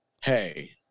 Hey